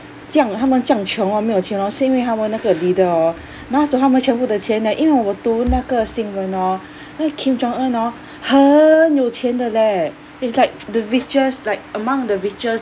这样他们这样穷 hor 没有钱 hor 是因为他们那个 leader hor 拿走他们全部的钱 eh 因为我读那个新闻 hor 那个 kim jong un hor 很有钱的 leh he's like the richest like among the richest